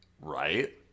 Right